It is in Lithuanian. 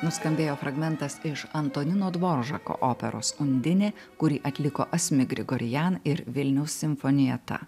nuskambėjo fragmentas iš antonino dvoržako operos undinė kurį atliko asmik grigorian ir vilniaus simfonietta